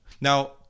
Now